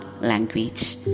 language